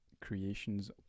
creations